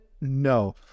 No